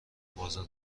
بازار